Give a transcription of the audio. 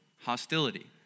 hostility